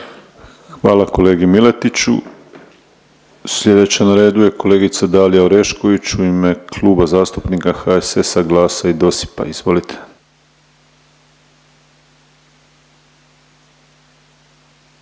Hvala kolegici Miloš. Sljedeća na redu je kolegica Dalija Orešković u ime Kluba zastupnika HSS-a, GLAS-a i DOSIP-a, izvolite.